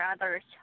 others